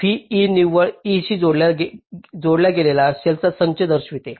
Ve निव्वळ E शी जोडलेल्या सेलचा संच दर्शविते